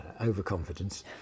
Overconfidence